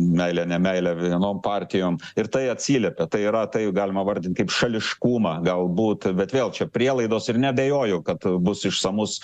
meilę nemeilę vienom partijom ir tai atsiliepia tai yra tai galima vardint kaip šališkumą galbūt bet vėl čia prielaidos ir neabejoju kad bus išsamus